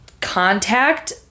contact